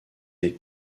est